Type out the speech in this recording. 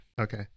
Okay